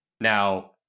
Now